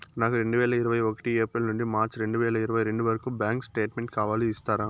నాకు రెండు వేల ఇరవై ఒకటి ఏప్రిల్ నుండి మార్చ్ రెండు వేల ఇరవై రెండు వరకు బ్యాంకు స్టేట్మెంట్ కావాలి ఇస్తారా